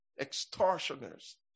extortioners